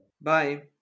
Bye